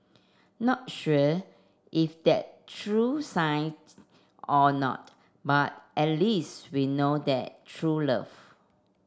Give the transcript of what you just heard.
not sure if that's true science or not but at least we know that's true love